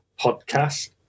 podcast